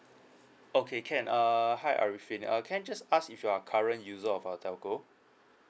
okay can uh hi arifin uh can I just ask if you are current user of our telco